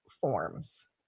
forms